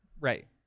Right